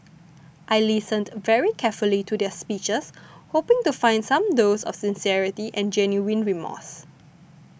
I listened very carefully to their speeches hoping to find some those of sincerity and genuine remorse